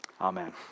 Amen